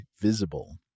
visible